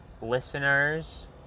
listeners